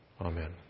Amen